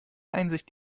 einsicht